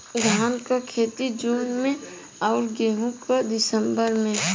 धान क खेती जून में अउर गेहूँ क दिसंबर में?